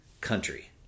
country